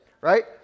Right